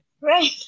Right